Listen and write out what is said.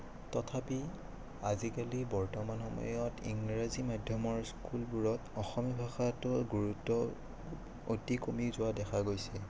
তথাপি আজিকালি বৰ্তমান সময়ত ইংৰাজী মাধ্যমৰ স্কুলবোৰত অসমীয়া ভাষাটোৰ গুৰুত্ব অতি কমি যোৱা দেখা গৈছে